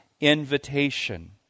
invitation